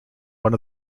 one